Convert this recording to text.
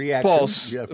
false